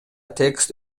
текст